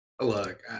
Look